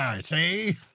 see